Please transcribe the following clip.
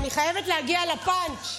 אני חייבת להגיע לפאנץ'.